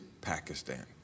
Pakistan